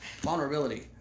Vulnerability